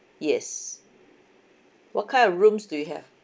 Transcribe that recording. yes what kind of rooms do you have